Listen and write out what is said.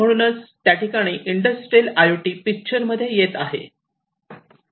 म्हणूनच त्या ठिकाणी इंडस्ट्रियल आय ओ टी पिक्चरमध्ये येत आहे